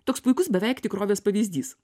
toks puikus beveik tikrovės pavyzdys